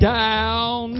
down